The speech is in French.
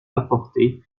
apporter